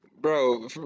Bro